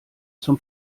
zum